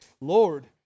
lord